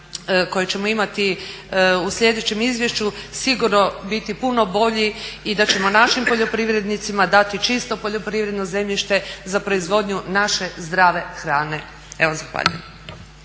koje ćemo imati u sljedećem izvješću sigurno biti puno bolji i da ćemo našim poljoprivrednicima dati čisto poljoprivredno zemljište za proizvodnju naše zdrave hrane. Zahvaljujem.